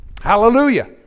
Hallelujah